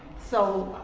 so,